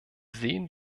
sehen